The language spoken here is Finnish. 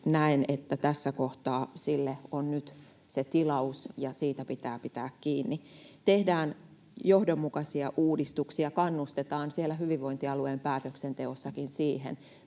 näen, että tässä kohtaa sille on nyt tilaus ja siitä pitää pitää kiinni. Tehdään johdonmukaisia uudistuksia, kannustetaan siellä hyvinvointialueen päätöksenteossakin siihen.